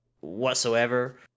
whatsoever